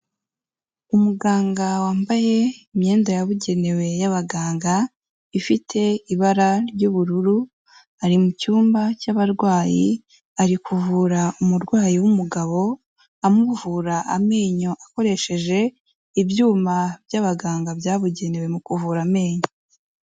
Umuganga wambaye imyenda yabugenewe y'abaganga, ifite ibara ry'ubururu, ari mu cyumba cy'abarwayi, ari kuvura umurwayi w'umugabo, amuvura amenyo akoresheje ibyuma by'abaganga byabugenewe mu kuvura amenyo.